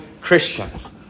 Christians